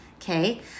Okay